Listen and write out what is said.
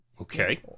Okay